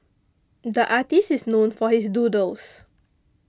the artist is known for his doodles